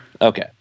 Okay